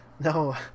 No